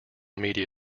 media